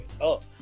up